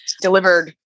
delivered